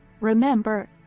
remember